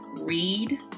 Read